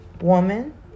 woman